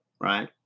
right